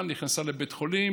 נכנסה לבית חולים,